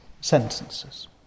sentences